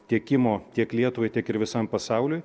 tiekimo tiek lietuvai tiek ir visam pasauliui